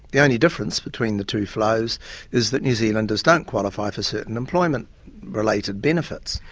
the only difference between the two flows is that new zealanders don't qualify for certain employment related benefits.